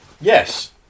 Yes